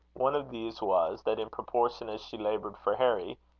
one of these was, that in proportion as she laboured for harry,